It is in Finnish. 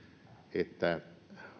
että